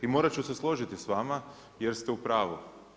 I morat ću se složiti s vama jer ste upravu.